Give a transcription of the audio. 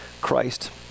Christ